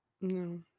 no